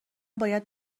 باید